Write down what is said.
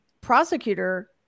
prosecutor